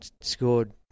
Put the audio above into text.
scored